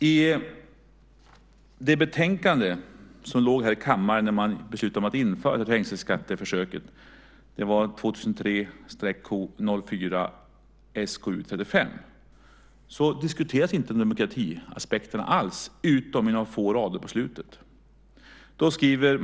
I betänkande 2003/04:SkU35 som låg i kammaren när man beslutade om att införa trängselskatteförsöket diskuterades inte demokratiaspekterna alls utom i några få rader på slutet.